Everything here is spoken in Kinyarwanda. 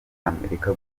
amerika